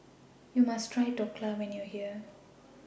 YOU must Try Dhokla when YOU Are here